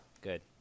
Good